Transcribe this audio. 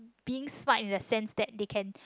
being smart in the sense that they can